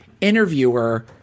interviewer